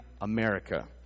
America